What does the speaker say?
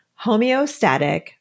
Homeostatic